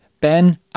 Ben